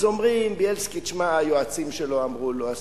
אז אומרים: בילסקי, שמע, היועצים שלו אמרו לו.